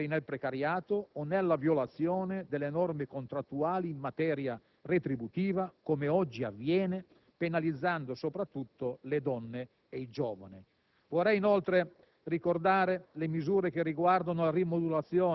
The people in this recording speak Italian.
in grado di scongiurare il rischio che essa degeneri nel precariato o nella violazione delle norme contrattuali in materia contributiva, come oggi avviene, penalizzando soprattutto le donne e i giovani.